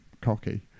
cocky